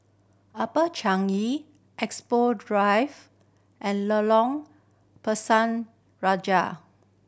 Upper Changi Expo Drive and Lorong Pisang Raja